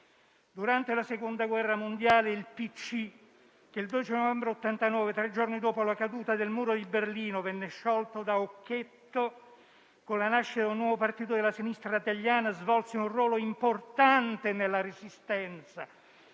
Durante la Seconda guerra mondiale il PCI - che il 12 novembre 1989, tre giorni dopo la caduta del Muro di Berlino, venne sciolto da Occhetto, con la nascita di un nuovo partito della sinistra italiana - aveva svolto un ruolo importante nella Resistenza